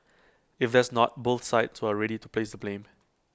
if there's not both sides were ready to place blame